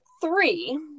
three